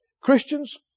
Christians